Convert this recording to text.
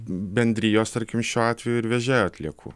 bendrijos tarkim šiuo atveju ir vežėjo atliekų